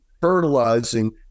fertilizing